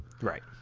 Right